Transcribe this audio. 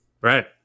Right